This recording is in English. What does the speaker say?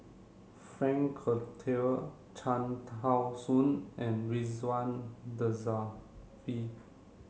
Frank Cloutier Cham Tao Soon and Ridzwan Dzafir